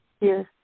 Yes